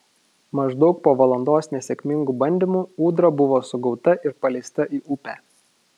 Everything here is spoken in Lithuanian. maždaug po valandos nesėkmingų bandymų ūdra buvo sugauta ir paleista į upę